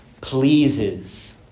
pleases